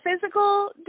physical